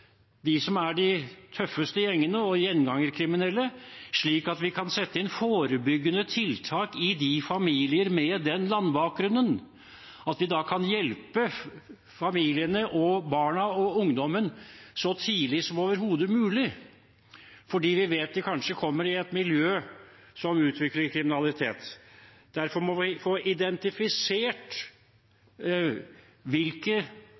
de tøffeste gjengene og gjengangerkriminelle, slik at vi kan sette inn forebyggende tiltak i familier med slik landbakgrunn og hjelpe familiene, barna og ungdommen så tidlig som overhodet mulig, fordi vi vet at de kanskje kommer i et miljø som utvikler kriminalitet. Derfor må vi få identifisert